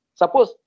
suppose